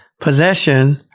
possession